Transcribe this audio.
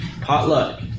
potluck